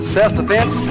Self-defense